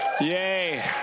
Yay